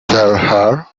tell